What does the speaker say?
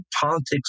politics